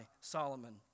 Solomon